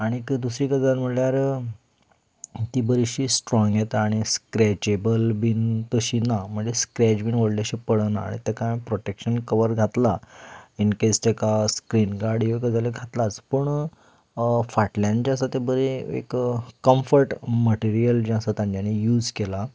आनी दुसरी गजाल म्हणल्यार ती बरी अशी स्ट्रोंग येता आनी स्क्रॅचेबल बी तशी ना म्हणजे स्क्रॅच बी व्हडलेशे पडना आनी ताका हांवें प्राॅटेक्शन कवर घातलां इनकेस ताका स्क्रिन गार्ड ह्यो गजाली घातलां पूण फाटल्यान जें आसा तें बरें एक कमफर्ट मटेरियल जें आसा तांगेलें यूज केलां